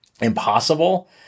impossible